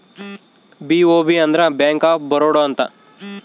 BOB ಅಂದ್ರ Bank of Baroda ಅಂತ